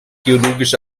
geologisch